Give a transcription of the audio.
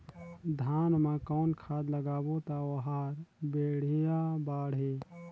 धान मा कौन खाद लगाबो ता ओहार बेडिया बाणही?